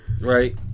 Right